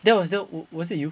that was that was was that you